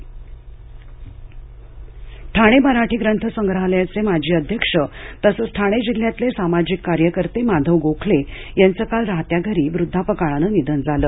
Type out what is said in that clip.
निधन गोखले ठाणे मराठी ग्रंथ संग्रहालयाचे माजी अध्यक्ष तसंच ठाणे जिल्ह्यातले सामाजिक कार्यकर्ते माधव गोखले याचं काल राहत्या घरी वृद्धापकाळाने निधन झालं